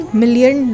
million